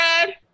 red